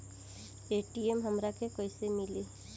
ATM हमरा के कइसे मिली?